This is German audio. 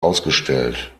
ausgestellt